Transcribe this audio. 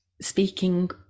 speaking